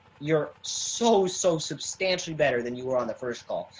you're so, so substantially better than you were on the first call.